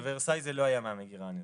בוורסאי זה לא היה מהמגירה הנזיקית,